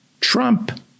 trump